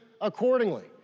accordingly